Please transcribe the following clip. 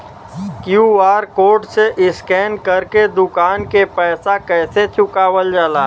QR code से scan कर के दुकान के पैसा कैसे चुकावल जाला?